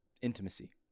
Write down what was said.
intimacy